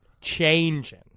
changing